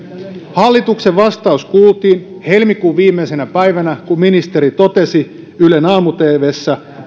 hallituksen vastaus kuultiin helmikuun viimeisenä päivänä kun ministeri totesi ylen aamu tvssä